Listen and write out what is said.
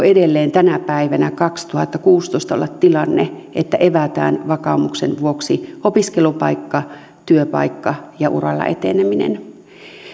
edelleen tänä päivänä kaksituhattakuusitoista olla tilanne että evätään vakaumuksen vuoksi opiskelupaikka työpaikka ja uralla eteneminen